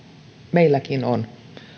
meilläkin on